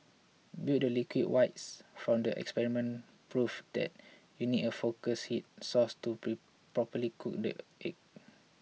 but the liquid whites from the experiment proved that you need a focused heat source to properly cook the eggs